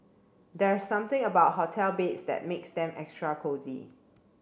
there's something about hotel beds that makes them extra cosy